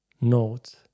note